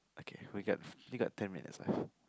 okay we got we got ten minutes left